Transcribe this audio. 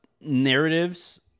narratives